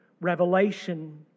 revelation